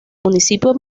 municipio